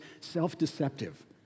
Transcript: self-deceptive